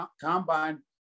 combine